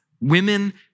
women